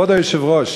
כבוד היושב-ראש,